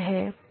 है